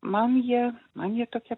man jie man jie tokie